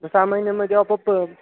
सहा महिन्यामध्ये आपोआप